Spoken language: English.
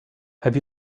have